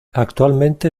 actualmente